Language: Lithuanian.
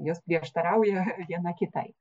jos prieštarauja viena kitai